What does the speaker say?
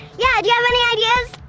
yeah do you have any ideas?